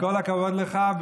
אז כל הכבוד לך,